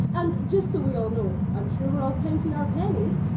and, just so we all know i'm sure we're all counting our pennies!